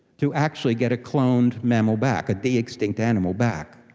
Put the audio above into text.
to actually get a cloned mammal back, a de-extinct animal back.